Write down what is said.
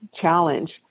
challenge